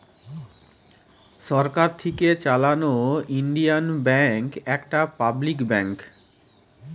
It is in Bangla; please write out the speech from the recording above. সরকার থিকে চালানো ইন্ডিয়ান ব্যাঙ্ক একটা পাবলিক ব্যাঙ্ক